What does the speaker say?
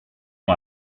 nom